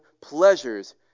pleasures